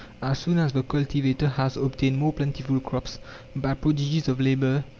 as soon as the cultivator has obtained more plentiful crops by prodigies of labour,